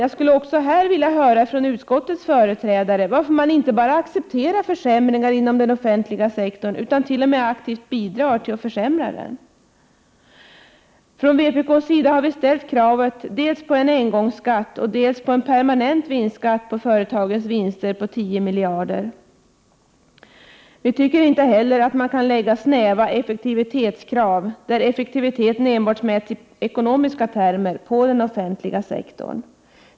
Jag skulle också här vilja höra från utskottets företrädare varför man inte bara accepterar försämringar inom den offentliga sektorn, utan t.o.m. aktivt bidrar till att försämra den. Från vpk:s sida har vi ställt krav Prot. 1988/89:129 dels på en engångsskatt, dels på en permanent vinstskatt på företagens 6 juni 1989 vinster uppgående till 10 miljarder. Vi tycker inte heller att man kan ställa snäva effektivitetskrav, om effektiviteten på den offentliga sektorn enbart mäts i ekonomiska termer.